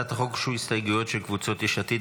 להצעת החוק הוגשו הסתייגויות של קבוצות יש עתיד,